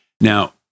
Now